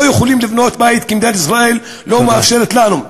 יכולים לבנות בית כי מדינת ישראל לא מאפשרת לנו.